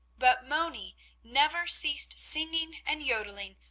but moni never ceased singing and yodeling,